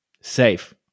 safe